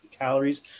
calories